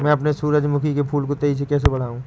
मैं अपने सूरजमुखी के फूल को तेजी से कैसे बढाऊं?